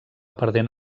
perdent